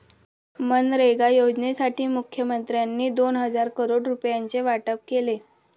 मनरेगा योजनेसाठी मुखमंत्र्यांनी दोन हजार करोड रुपयांचे वाटप केले